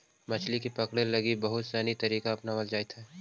मछली के पकड़े लगी बहुत सनी तरीका अपनावल जाइत हइ